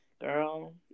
girl